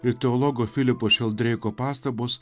ir teologo filipo šeldreiko pastabos